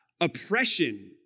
Oppression